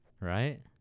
Right